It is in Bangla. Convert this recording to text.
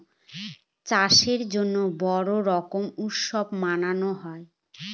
চাষের জন্য বড়ো রকম উৎসব মানানো হয়